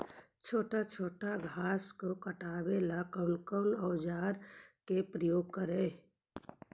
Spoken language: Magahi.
छोटा छोटा घास को हटाबे ला कौन औजार के प्रयोग करि?